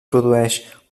produeix